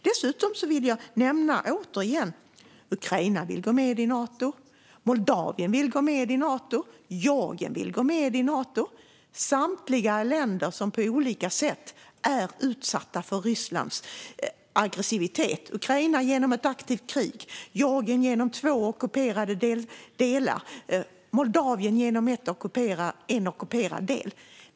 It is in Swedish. Jag upprepar mig igen: Ukraina vill gå med i Nato. Moldavien vill gå med i Nato. Georgien vill gå med i Nato. Samtliga länder är på olika sätt utsatta för Rysslands aggressivitet, det vill säga Ukraina genom ett aktivt krig, Georgien genom att två delar av landet är ockuperade och Moldavien genom att en del av landet är ockuperad.